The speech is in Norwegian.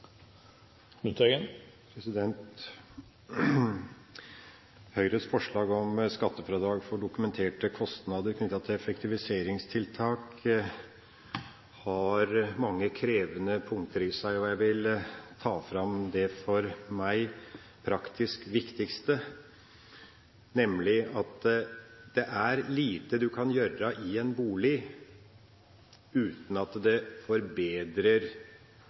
Høyres forslag om skattefradrag for dokumenterte kostnader knyttet til effektiviseringstiltak har mange krevende punkter i seg, og jeg vil ta fram det for meg praktisk viktigste, nemlig – punkt en – at det er lite en kan gjøre i en bolig uten at det forbedrer